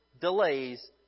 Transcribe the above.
delays